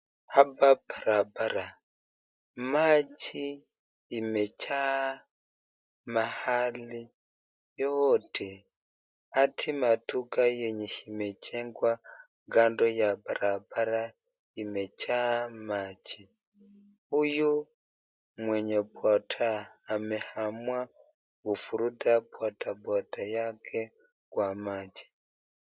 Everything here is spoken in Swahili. Hapa barabara maji imejaa mahali yote hadi maduka yenye imejengwa kando ya barabara imejaa maji huyu mwenye boda ameamua kuvuruta bodaboda yake kwa maji.